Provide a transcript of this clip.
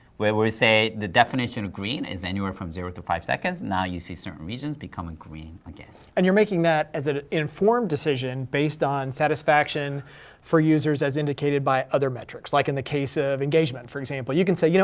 where we say the definition of green is anywhere from zero to five seconds. now you see certain regions, becoming green again. and you're making that as an informed decision, based on satisfaction for users as indicated by other metrics, like in the case of engagement, for example, you can say, you know